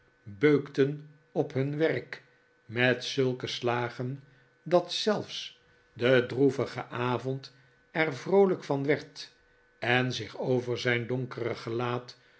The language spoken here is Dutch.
beukten op hun werk met zulke slagen dat zelfs de droevige avond er vroolijk van werd en zich over zijn donkere gelaat